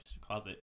closet